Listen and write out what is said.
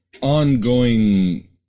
ongoing